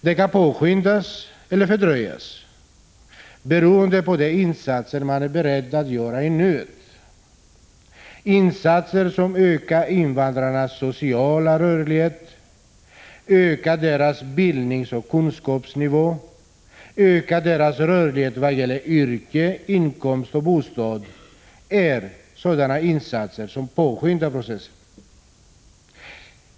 Den kan påskyndas eller fördröjas beroende på de insatser man är beredd att göra i nuet. Insatser som ökar invandrarnas sociala rörlighet, deras bildningsoch kunskapsnivå, deras rörlighet vad gäller yrke, inkomst och bostad påskyndar processen.